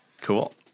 Cool